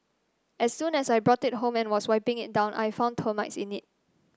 as soon as I brought it home and was wiping it down I found termites in it